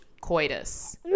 coitus